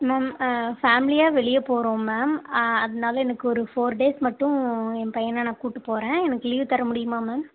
ma'am ஃபேம்லியாக வெளியே போகறோம் மேம் அதனால எனக்கு ஒரு ஃபோர் டேஸ் மட்டும் என் பையனை நான் கூபிட்டு போகறேன் எனக்கு லீவ் தர முடியுமா மேம்